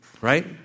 right